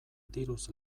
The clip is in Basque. diruz